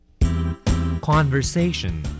Conversation